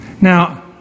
now